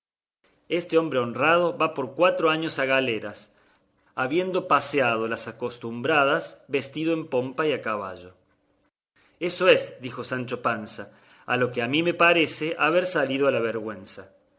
este hombre honrado va por cuatro años a galeras habiendo paseado las acostumbradas vestido en pompa y a caballo eso es dijo sancho panza a lo que a mí me parece haber salido a la vergüenza